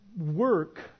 work